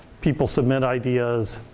people submit ideas.